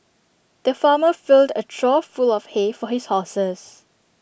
the farmer filled A trough full of hay for his horses